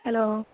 hello